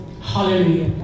Hallelujah